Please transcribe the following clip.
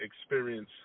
experience